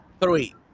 Three